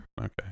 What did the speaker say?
Okay